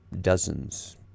dozens